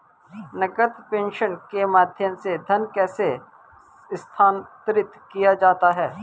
नकद प्रेषण के माध्यम से धन कैसे स्थानांतरित किया जाता है?